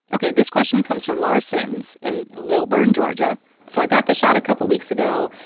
ok, this question comes from laura sims in lilburn, ga so i got the shot a couple weeks ago,